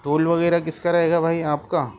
tool وغیرہ کس کا رہے گا بھائی آپ کا